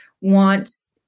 wants